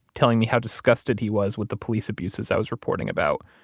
telling me how disgusted he was with the police abuses i was reporting about,